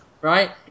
right